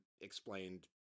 explained